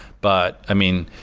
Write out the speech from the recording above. but, i mean,